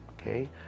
okay